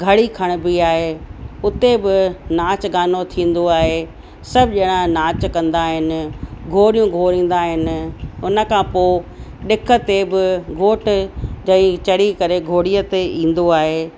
घड़ी खणिबी आहे उते बि नाचु गानो थींदो आहे सभु ॼणा नाचु कंदा आहिनि घोड़ियूं घोड़ींदा आहिनि उन खां पोइ ॾिख ते बि घोट तई चढ़ी करे घोड़ीअ ते ईंदो आहे